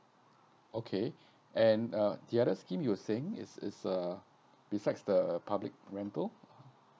okay and uh the other scheme you were saying it's it's uh besides the public rental